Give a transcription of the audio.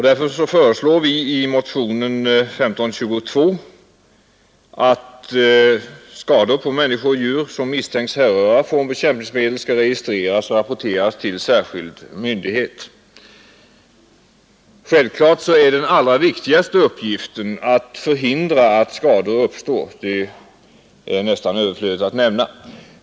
Därför föreslår vi i motionen 1522 att skador på människor och djur som misstänks härröra från användning av bekämpningsmedel skall registreras och rapporteras till särskild myndighet. Självfallet är den allra viktigaste uppgiften att förhindra att skador uppstår — det är nästan överflödigt att nämna.